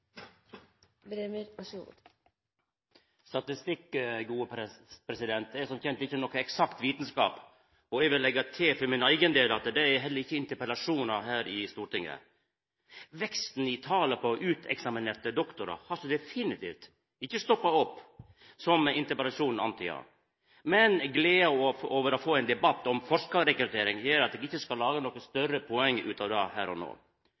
doktorar har så definitivt ikkje stoppa opp, som interpellasjonen antydar. Men gleda over å få ein debatt om forskarrekruttering gjer at eg ikkje vil laga noko større poeng ut av det her og